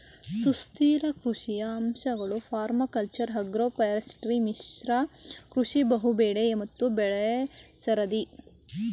ಸುಸ್ಥಿರ ಕೃಷಿಯ ಅಂಶಗಳು ಪರ್ಮಾಕಲ್ಚರ್ ಅಗ್ರೋಫಾರೆಸ್ಟ್ರಿ ಮಿಶ್ರ ಕೃಷಿ ಬಹುಬೆಳೆ ಮತ್ತು ಬೆಳೆಸರದಿ